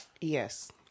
Yes